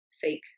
fake